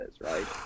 right